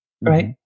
Right